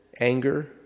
Anger